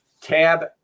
tab